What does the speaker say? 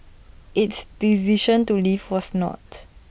its decision to leave was not